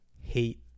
hate